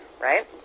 right